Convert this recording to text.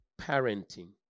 Parenting